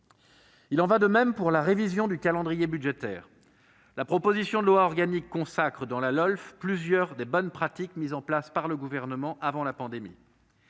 Il en va de même de la révision du calendrier budgétaire. La proposition de loi organique consacre, dans la LOLF, plusieurs des bonnes pratiques mises en place par le Gouvernement avant la pandémie.